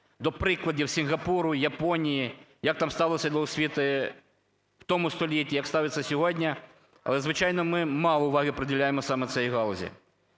до прикладів Сінгапуру, Японії, як там ставилися до освіти в тому столітті, як ставляться сьогодні. Але, звичайно, ми мало уваги приділяємо саме цій галузі.